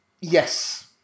Yes